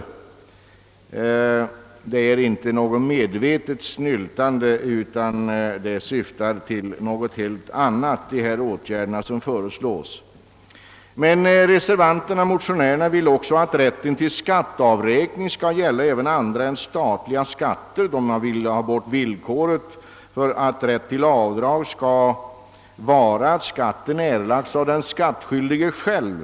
Det är inte fråga om något medvetet snyltande, utan de föreslagna åtgärderna syftar till någonting helt annat. Reservanterna och motionärerna Önskar också att rätten till skatteavräkning skall gälla även annat än statliga skat ter. Man vill ha bort villkoret för rätt till avdrag att det skall gälla skatt som erlagts av den skattskyldige själv.